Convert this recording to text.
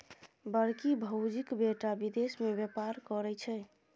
बड़की भौजीक बेटा विदेश मे बेपार करय छै